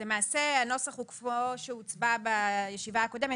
נגד 0 נמנעים אין אושר למעשה הוא כמו שהוצבע בישיבה הקודמת,